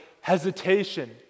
hesitation